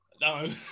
No